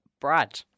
Brad